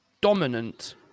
dominant